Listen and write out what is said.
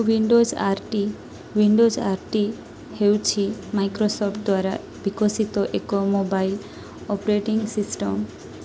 Windows R T Windows R T ହେଉଛି Microsoft ଦ୍ୱାରା ବିକଶିତ ଏକ ମୋବାଇଲ ଅପରେଟିଙ୍ଗ ସିଷ୍ଟମ୍